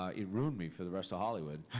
ah it ruined me for the rest of hollywood,